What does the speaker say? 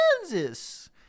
Kansas